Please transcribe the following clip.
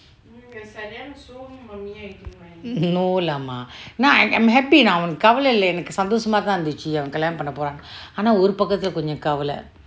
no lah mah I am happy now எனக்கு காவலிய இல்லே எனக்கு சந்தோஷமா தான் இருந்துச்சி அவன் கல்யாணம் பண்ணேபோறன்னே அனா ஒரு பகுத்துலே கொஞ்சேம் காவெளீ:enakku kavaliya ille enakku santhoshama tan iruntucci avan kalyanam panneporanne ana oru pakuttule koncem kaveli